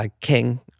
King